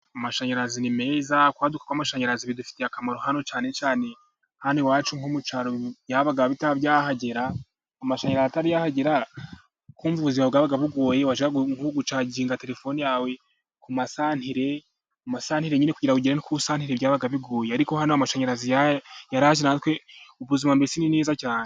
Amashanyarazi ni meza, adufitiye akamaro hano, cyane cyane hano iwacu mucyaro atari yahagera ubuzima bwabaga bugoye, wajyaga gucayinga telefone yawe ku masantere, ibintu byabaga bigoye ariko aho amashanyarazi yaziye ubuzima bumaze kuba bwiza cyane.